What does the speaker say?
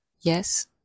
yes